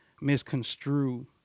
misconstrue